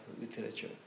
literature